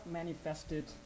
manifested